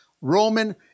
Roman